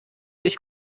ich